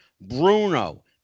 Bruno